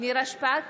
נירה שפק,